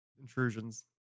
intrusions